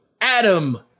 Adam